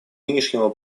нынешнего